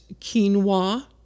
quinoa